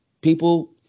people